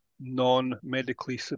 non-medically